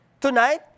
Tonight